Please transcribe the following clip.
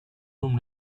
room